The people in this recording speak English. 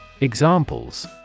Examples